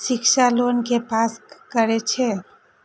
शिक्षा लोन के पास करें छै?